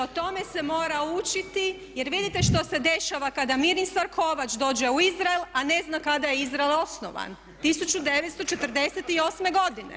I o tome se mora učiti jer vidite što se dešava kada ministar Kovač dođe u Izrael, a ne zna kada je Izrael osnovan, 1948. godine.